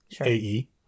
ae